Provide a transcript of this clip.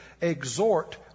exhort